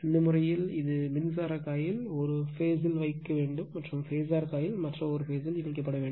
இந்த முறையில் இது மின்சார காயில் ஒரு பேஸ்ல் வைக்க வேண்டும் மற்றும் பேசர் காயில் மற்ற பேஸ்ல் இணைக்கப்பட வேண்டும்